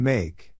Make